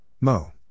Mo